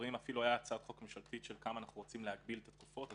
הייתה הצעת חוק ממשלתית כמה אנחנו רוצים להגביל את התקופות,